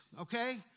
okay